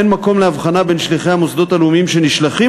אין מקום להבחנה בין שליחי המוסדות הלאומיים שנשלחים